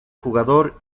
jugador